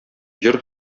җыр